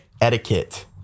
etiquette